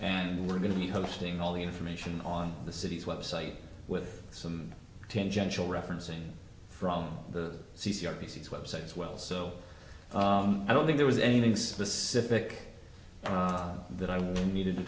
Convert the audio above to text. and we're going to be hosting all the information on the city's web site with some tangential referencing from the c r p six websites well so i don't think there was anything specific that i needed to